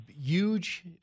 huge